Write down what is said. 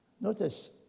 Notice